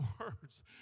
words